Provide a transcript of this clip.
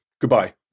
Goodbye